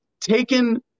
taken